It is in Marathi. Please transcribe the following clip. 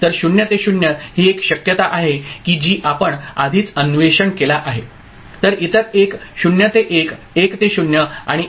तर 0 ते 0 ही एक शक्यता आहे की जी आपण आधीच अन्वेषण केला आहे तर इतर एक 0 ते 1 1 ते 0 आणि 1 ते 1 आहे